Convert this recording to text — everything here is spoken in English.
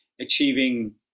achieving